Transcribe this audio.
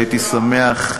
הייתי שמח,